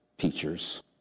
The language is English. teachers